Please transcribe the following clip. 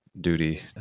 duty